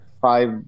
five